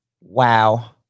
Wow